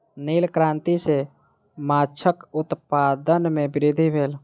नील क्रांति सॅ माछक उत्पादन में वृद्धि भेल